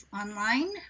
online